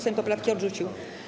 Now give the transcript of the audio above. Sejm poprawki odrzucił.